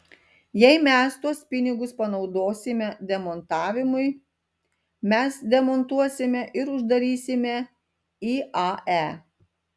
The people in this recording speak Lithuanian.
jei mes tuos pinigus panaudosime demontavimui mes demontuosime ir uždarysime iae